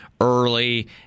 early